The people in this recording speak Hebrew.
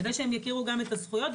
כדי שהמתלוננת תכיר גם את הזכויות.